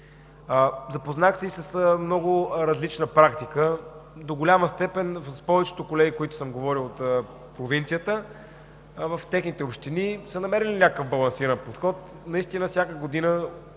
Запознах се и с много различна практика. До голяма степен, повечето колеги от провинцията, с които съм говорил, в техните общини са намерили някакъв балансиран подход – наистина, всяка година